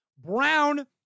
Brown